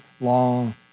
long